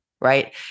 Right